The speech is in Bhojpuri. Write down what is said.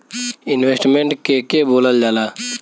इन्वेस्टमेंट के के बोलल जा ला?